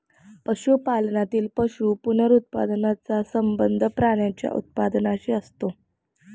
पशुपालनातील पशु पुनरुत्पादनाचा संबंध प्राण्यांच्या उत्पादनाशी असतो